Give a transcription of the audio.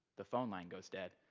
the phone line goes dead.